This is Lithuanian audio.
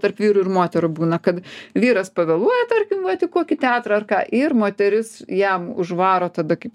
tarp vyrų ir moterų būna kad vyras pagalvoja tarkim vat į kokį teatrą ar ką ir moteris jam užvaro tada kaip